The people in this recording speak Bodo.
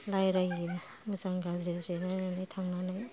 रायलायनो मोजां गाज्रि जिरायनानै थांनानै